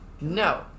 No